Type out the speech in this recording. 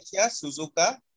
Suzuka